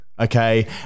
Okay